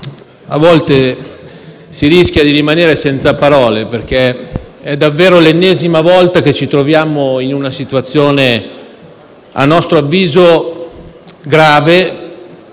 si rischia di rimanere senza parole, perché è l'ennesima volta che ci troviamo in una situazione, a nostro avviso, grave